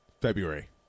February